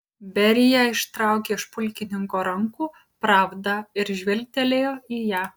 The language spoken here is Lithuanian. berija ištraukė iš pulkininko rankų pravdą ir žvilgtelėjo į ją